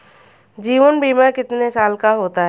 जीवन बीमा कितने साल का होता है?